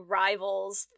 rivals